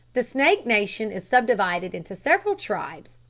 the snake nation is subdivided into several tribes,